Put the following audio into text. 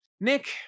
nick